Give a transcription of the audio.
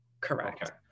Correct